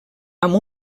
amb